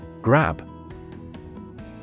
Grab